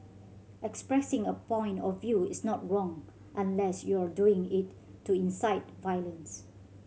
expressing a point of view is not wrong unless you're doing it to incite violence